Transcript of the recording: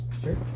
sure